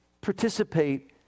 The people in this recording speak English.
participate